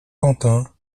quentin